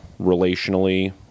relationally